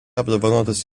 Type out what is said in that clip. apdovanotas